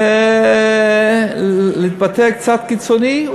ואם נתבטא קצת בקיצוניות,